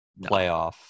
playoff